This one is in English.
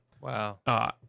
Wow